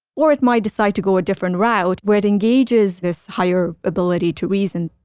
or it might decide to go a different route, where it engages this higher ability to reason